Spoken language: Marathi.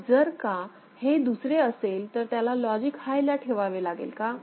मग जर का हे दुसरे असेल तर त्याला लॉजिक हाय ला ठेवावे लागेल का